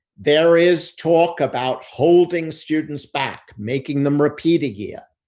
there is talk about holding students back, making them repeat a yea. ah